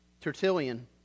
Tertullian